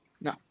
No